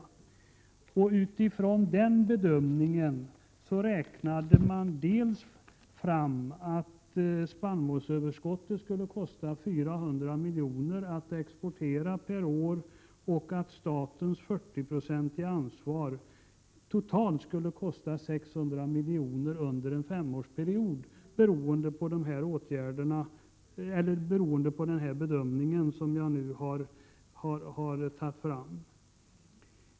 Utifrån den bedömningen räknade man fram dels att spannmålsöverskottet skulle kosta 400 milj.kr. per år att exportera, dels att statens 40-procentiga ansvar skulle kosta totalt 600 milj.kr. under en femårsperiod beroende på den bedömning som jag nu har tagit fram.